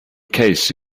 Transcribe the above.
case